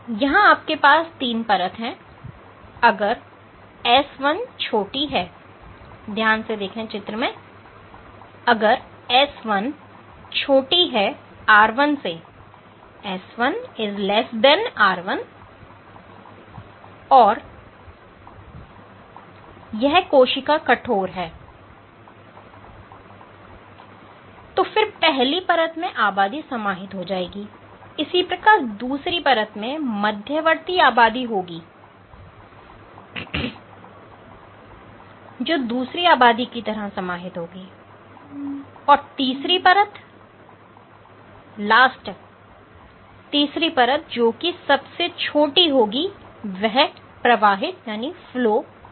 यहां आपके पास 3 परत है अगर s1 छोटी है r1 से और यह कोशिका कठोर है तो फिर पहली परत में आबादी समाहित हो जाएगी इसी प्रकार दूसरी परत में मध्यवर्ती आबादी होगी जो दूसरी आबादी की तरह समाहित होगी और तीसरी परत जो की सबसे छोटी होगी वह प्रवाहित हो जाएगी